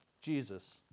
Jesus